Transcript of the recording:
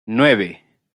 nueve